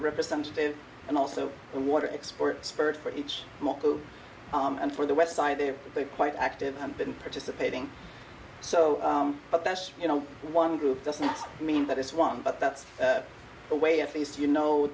representative and also we want to export spirit for each maku and for the west side they're quite active and been participating so but that's you know one group doesn't mean that it's wrong but that's the way at least you know